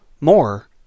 more